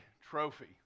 Trophy